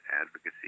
advocacy